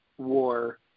war